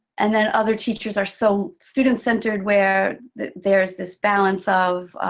and then other teachers are so student centered, where there is this balance of,